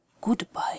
Goodbye